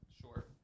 Sure